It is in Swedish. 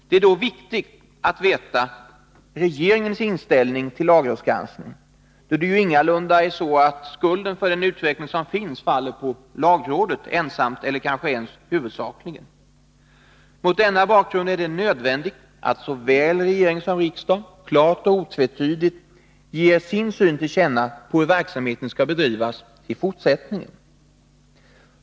Det är då viktigt att veta regeringens inställning till lagrådsgranskningen, eftersom skulden för den utveckling som äger rum ingalunda faller på lagrådet ensamt eller kanske ens huvudsakligen. Mot denna bakgrund är det nödvändigt att såväl regering som riksdag klart och otvetydigt ger sin syn till känna på hur verksamheten skall bedrivas i fortsättningen.